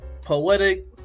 Poetic